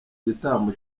gitambo